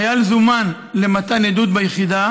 החייל זומן למתן עדות ביחידה